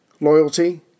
loyalty